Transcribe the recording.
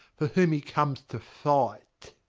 for whom he comes to fight.